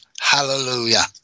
Hallelujah